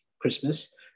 Christmas